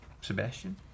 Sebastian